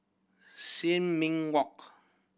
Sin Ming Walk